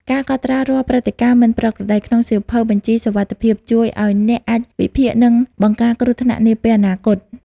ការកត់ត្រារាល់ ព្រឹត្តិការណ៍មិនប្រក្រតី ក្នុងសៀវភៅបញ្ជីសុវត្ថិភាព ជួយឱ្យអ្នកអាចវិភាគ និងបង្ការគ្រោះថ្នាក់នាពេលអនាគត។